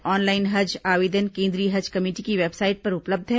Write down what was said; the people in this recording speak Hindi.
ऑनलाइन हज आवेदन केंद्रीय हज कमेटी की वेबसाइट पर उपलब्ध है